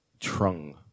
Trung